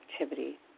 activity